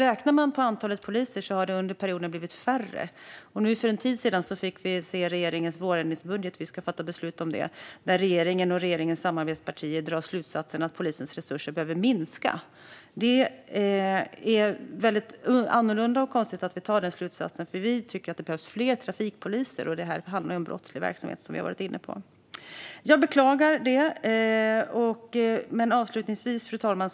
Antalet poliser har under perioden blivit mindre. Och för en tid sedan fick vi se regeringens vårändringsbudget, som vi ska fatta beslut om, där regeringen och regeringens samarbetspartier drar slutsatsen att polisens resurser behöver minskas. Det är väldigt annorlunda och konstigt att ni gör det. Vi tycker att det behövs fler trafikpoliser. Detta handlar ju om brottslig verksamhet, som vi har varit inne på, så jag beklagar att ni drar den slutsatsen. Fru talman!